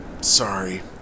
Sorry